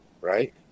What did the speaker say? Right